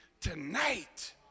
tonight